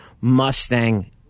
Mustang